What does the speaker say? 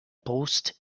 post